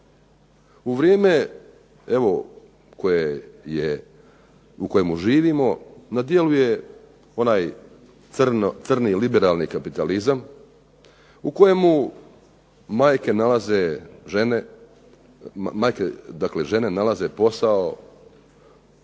U vrijeme u kojemu živimo na djelu je ona crni liberalni kapitalizam u kojemu majke nalaze posao dobrim